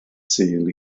sul